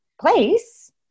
place